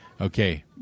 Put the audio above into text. okay